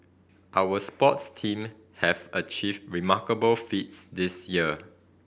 our sports team have achieved remarkable feats this year